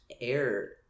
air